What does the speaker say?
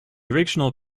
original